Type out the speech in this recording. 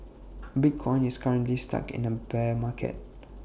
bitcoin is currently stuck in A bear market